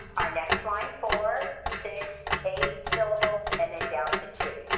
our next line four, six, eight syllables and then down to two.